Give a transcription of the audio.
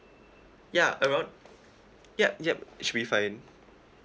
ya a month yup yup should be fine